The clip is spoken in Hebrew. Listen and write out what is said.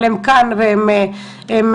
אבל הם כאן והם ידברו.